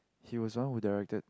he was one of who directed